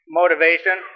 motivation